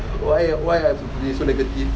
why ah why I have to be so negative